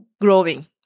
growing